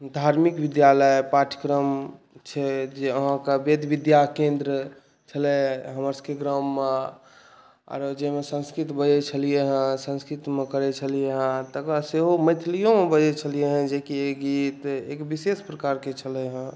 धार्मिक विद्यालय पाठ्यक्रम छै जे अहाँके वेद विद्या केन्द्र छलै हमर सबके गाममे आओर जाहिमे संस्कृत बजै छलिए हँ संस्कृतमे करै छलिए हँ तकर बाद सेहो मैथिलिओमे बजै छलिए हँ जेकि एक विशेष प्रकारके छलै हँ